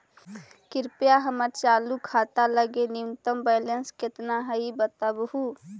कृपया हमर चालू खाता लगी न्यूनतम बैलेंस कितना हई ऊ बतावहुं